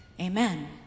Amen